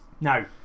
Now